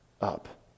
up